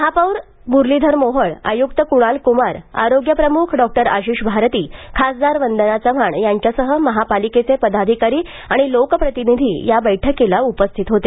महापौर मुरलीधर मोहोळ आयुक्त क्णाल क्मार आरोग्य प्रमुख डॉक्टर आशिष भारती खासदार वंदना चव्हाण यांच्यासह महापालिकेचे पदाधिकारी आणि लोकप्रतिनिधी या बैठकीला उपस्थित होते